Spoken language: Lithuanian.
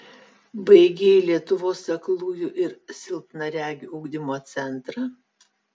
baigei lietuvos aklųjų ir silpnaregių ugdymo centrą